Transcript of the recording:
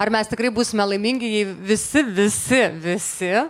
ar mes tikrai būsime laimingi jei visi visi visi